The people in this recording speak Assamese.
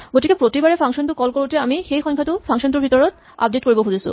গতিকে প্ৰতিবাৰে ফাংচন টো কল কৰোতে আমি সেই সংখ্যাটো ফাংচন টোৰ ভিতৰত আপডেট কৰিব খুজিছো